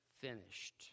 finished